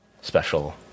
special